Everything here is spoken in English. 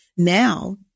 Now